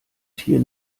tier